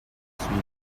sweden